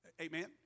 Amen